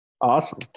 Awesome